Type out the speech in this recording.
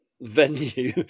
venue